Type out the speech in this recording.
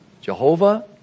Jehovah